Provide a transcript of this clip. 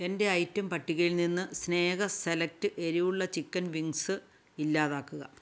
എന്റെ ഐറ്റം പട്ടികയിൽ നിന്ന് സ്നേഹ സെലക്ട് എരിവുള്ള ചിക്കൻ വിംഗ്സ് ഇല്ലാതാക്കുക